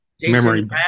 memory